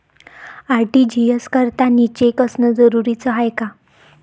RTGS करतांनी cheque असनं जरुरीच हाय का?